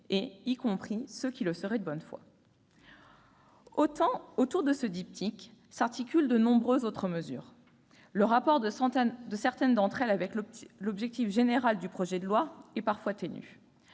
y compris ceux qui le seraient de bonne foi. Autour de ce diptyque s'articulent de nombreuses autres mesures. Le rapport de certaines d'entre elles avec l'objet général du projet de loi est parfois ténu.